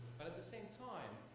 but at the same time,